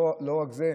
לא רק זה,